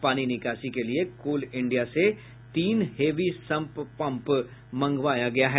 पानी निकासी के लिए कोल इंडिया से तीन हैवी सम्प पंप मंगवाया गया है